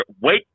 wait